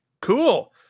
Cool